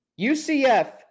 UCF